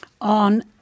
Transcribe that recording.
on